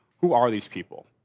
who are these people?